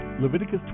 Leviticus